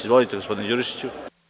Izvolite, gospodine Đurišiću.